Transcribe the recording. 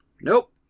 nope